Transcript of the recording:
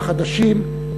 החדשים,